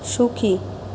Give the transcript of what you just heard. সুখী